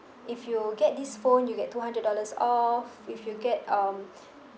if you get this phone you get two hundred dollars off if you get um